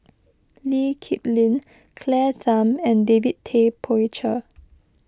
Lee Kip Lin Claire Tham and David Tay Poey Cher